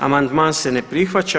Amandman se ne prihvaća.